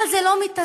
אבל זה לא מתסכל,